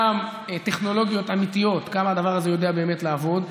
גם טכנולוגיות אמיתיות: כמה הדבר הזה יודע באמת לעבוד,